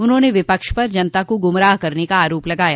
उन्होंने विपक्ष पर जनता को गुमराह करने का आरोप लगाया